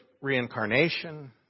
reincarnation